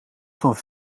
van